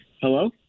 Hello